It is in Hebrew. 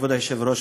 כבוד היושב-ראש,